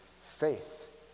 Faith